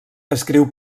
escriu